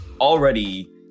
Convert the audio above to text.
already